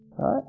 Right